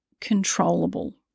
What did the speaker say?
controllable